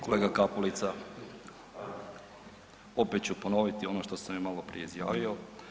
Kolega Kapulica, opet ću ponoviti ono što sam i maloprije izjavio.